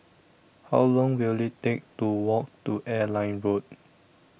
How Long Will IT Take to Walk to Airline Road